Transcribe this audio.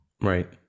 Right